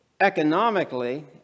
economically